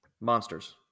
Monsters